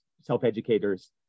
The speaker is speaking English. self-educators